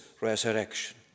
resurrection